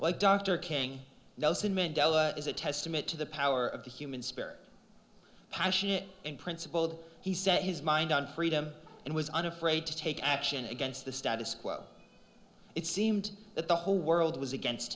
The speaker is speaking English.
like dr king nelson mandela is a testament to the power of the human spirit passionate and principled he set his mind on freedom and was unafraid to take action against the status quo it seemed that the whole world was against